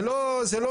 זה לא נכון.